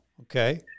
Okay